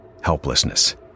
helplessness